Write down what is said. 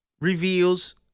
reveals